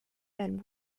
men